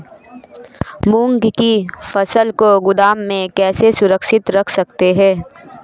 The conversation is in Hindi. मूंग की फसल को गोदाम में कैसे सुरक्षित रख सकते हैं?